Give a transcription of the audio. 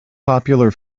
popular